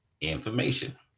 information